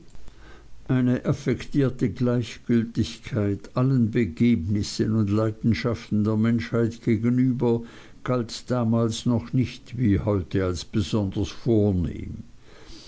eine affektierte gleichgültigkeit allen begebnissen und leidenschaften der menschheit gegenüber galt damals noch nicht wie heute als besonders